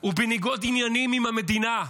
הוא בניגוד עניינים עם המדינה,